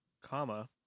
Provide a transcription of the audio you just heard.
comma